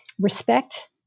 respect